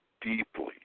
deeply